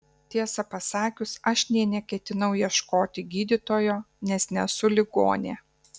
tiesą pasakius aš nė neketinau ieškoti gydytojo nes nesu ligonė